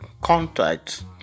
contacts